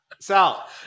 Sal